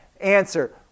answer